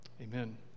Amen